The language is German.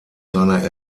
seiner